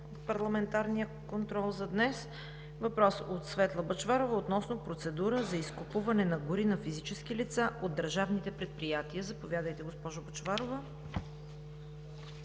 от парламентарния контрол за днес е въпрос от Светла Бъчварова относно процедура за изкупуване на гори на физически лица от държавните предприятия. Заповядайте, госпожо Бъчварова.